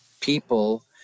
people